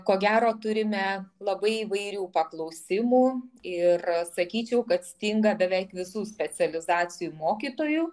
ko gero turime labai įvairių paklausimų ir sakyčiau kad stinga beveik visų specializacijų mokytojų